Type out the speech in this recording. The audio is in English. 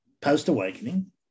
post-awakening